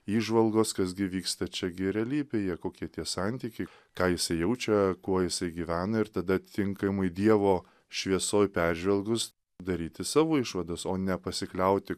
įžvalgos kas gi vyksta čia gi realybėje kokie tie santykiai ką jisai jaučia kuo jisai gyvena ir tada tinkamai dievo šviesoj peržvelgus daryti savo išvadas o nepasikliauti